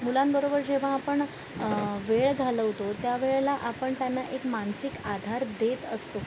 मुलांबरोबर जेव्हा आपण वेळ घालवतो त्या वेळेला आपण त्यांना एक मानसिक आधार देत असतो